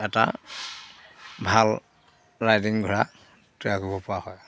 এটা ভাল ৰাইডিং ঘোঁৰা তৈয়াৰ কৰিব পৰা হয়